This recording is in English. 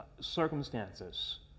circumstances